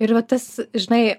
ir va tas žinai